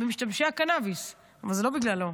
במשתמשי הקנביס, אבל זה לא בגללו,